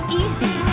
easy